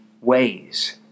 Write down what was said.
ways